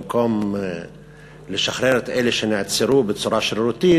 במקום לשחרר את אלה שנעצרו בצורה שרירותית,